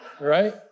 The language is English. right